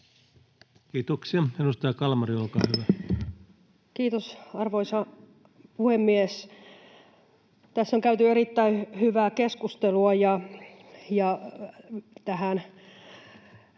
Kiitoksia. — Edustaja Kalmari, olkaa hyvä. Kiitos, arvoisa puhemies! Tässä on käyty erittäin hyvää keskustelua, ja tähän